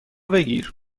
بگیر